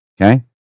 Okay